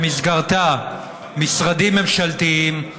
שבמסגרתה משרדים ממשלתיים,